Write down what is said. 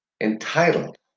Entitled